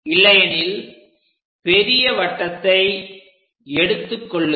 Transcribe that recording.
இல்லையெனில் பெரிய வட்டத்தை எடுத்துக் கொள்ளுங்கள்